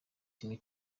kimwe